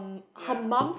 ya